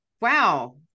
wow